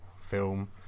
film